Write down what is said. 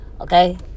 Okay